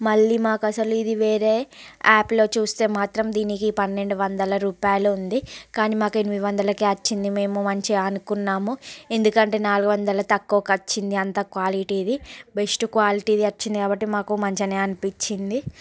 మళ్ళీ మాకసలు ఇది వేరే యాప్లో చూస్తే మాత్రం దీనికి పన్నెండు వందల రూపాయలు ఉంది కానీ మాకు ఎనిమిది వందలకే వచ్చింది మేము మంచిగా అనుకున్నాము ఎందుకంటే నాలుగు వందలు తక్కువకు వచ్చింది అంత క్వాలిటీది బెస్ట్ క్వాలిటీది వచ్చింది కాబట్టి మాకు మంచిగానే అనిపించింది